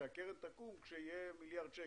כשהקרן תקום וכשיהיה מיליארד שקל.